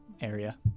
area